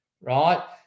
right